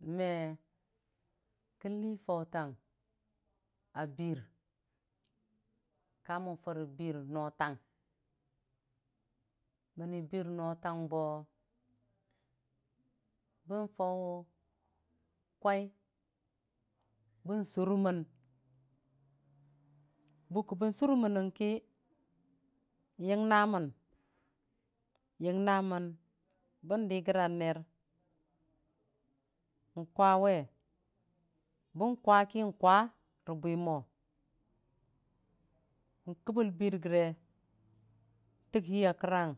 Me kən lii fautang a bir kamən kari bir notang mənni bir notang bo ban fau kwai bon surmən buko bon sʊrmənən ki yingna mən yingna mən bon dogora neer n'kwawe bonkwa ki kwa robwi, mo n'kəbəl tir gore fɨk hiiya kərang